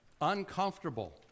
uncomfortable